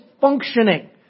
functioning